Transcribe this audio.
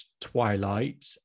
twilight